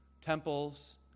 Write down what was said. temples